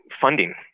funding